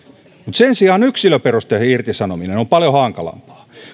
sen sijaan yksilöperusteinen irtisanominen on paljon hankalampaa